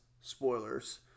spoilers